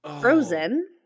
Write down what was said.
Frozen